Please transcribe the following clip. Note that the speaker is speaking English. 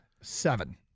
Seven